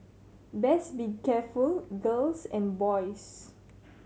best be careful girls and boys